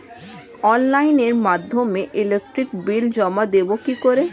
অনলাইনের মাধ্যমে electric bill জমা দেবো কি করে?